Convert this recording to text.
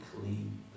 clean